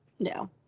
No